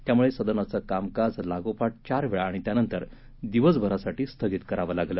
त्यामुळे सदनाचं कामकाज लागोपाठ चार वेळा आणि त्यानंतर दिवसभरासाठी स्थगित करावं लागलं